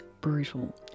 brutal